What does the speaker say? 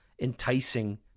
enticing